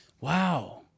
Wow